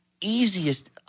easiest